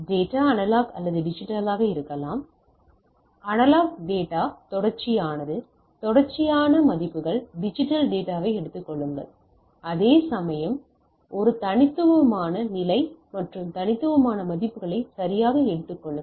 data analog அல்லது டிஜிட்டலாக இருக்கும் அனலாக் டேட்டா தொடர்ச்சியானது தொடர்ச்சியான மதிப்புகள் டிஜிட்டல் டேட்டா எடுத்துக் கொள்ளுங்கள் அதேசமயம் ஒரு தனித்துவமான நிலை மற்றும் தனித்துவமான மதிப்புகளை சரியாக எடுத்துக் கொள்ளுங்கள்